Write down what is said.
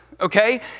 Okay